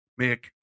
Mick